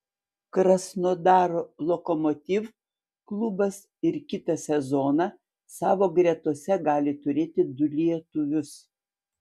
krasnodaro lokomotiv klubas ir kitą sezoną savo gretose gali turėti du lietuvius